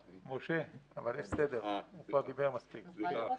משה, בבקשה.